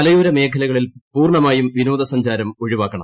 മലയോര മേഖലകളിൽ പൂർണമായും വിനോദസഞ്ചാരം ഒഴിവാക്കണം